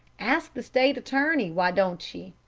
ask the state's attorney, why don't ye?